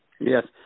Yes